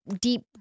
deep